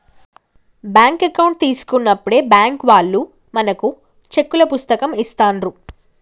bank account తీసుకున్నప్పుడే bank వాళ్ళు మనకు చెక్కుల పుస్తకం ఇస్తాండ్రు